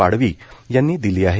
पाडवी यांनी दिली आहे